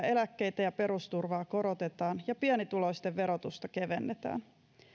eläkkeitä ja perusturvaa korotetaan ja pienituloisten verotusta kevennetään